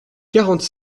quarante